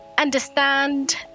understand